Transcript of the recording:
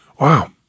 Wow